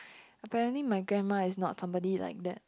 apparently my grandma is not somebody like that